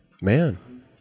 Man